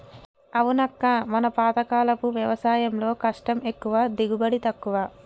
అవునక్క మన పాతకాలపు వ్యవసాయంలో కష్టం ఎక్కువ దిగుబడి తక్కువ